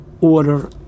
order